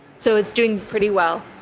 so it's doing pretty well.